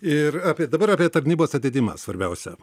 ir apie dabar apie tarnybos atidėjimą svarbiausia